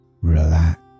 Relax